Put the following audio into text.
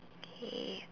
K